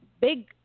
big